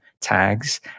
tags